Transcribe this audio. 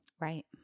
Right